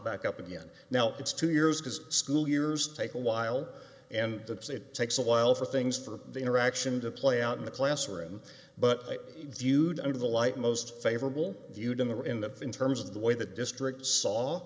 back up again now it's two years because school years take a while and that's it takes a while for things for the interaction to play out in the classroom but viewed under the light most favorable viewed in the in the in terms of the way the district saw